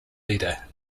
leader